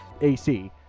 AC